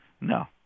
No